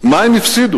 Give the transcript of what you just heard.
מה הם הפסידו.